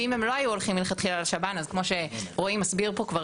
ואם הם לא היו הולכים מלכתחילה לשב"ן אז כמו שרועי מסביר פה כבר